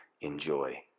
enjoy